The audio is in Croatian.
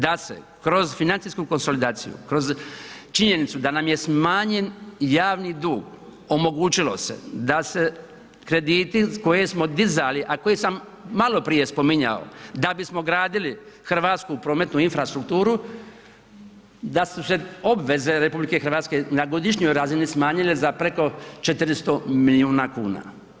Da se kroz financijsku konsolidaciju, kroz činjenicu da nam je smanjen javni dug omogućilo se da se krediti koje smo dizali, a koje sam maloprije spominjao da bismo gradili hrvatsku prometnu infrastrukturu, da su se obveze RH na godišnjoj razini smanjile za preko 400 milijuna kuna.